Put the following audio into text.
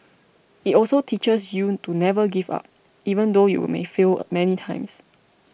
it also teaches you to never give up even though you may fail many times